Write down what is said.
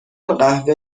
قهوه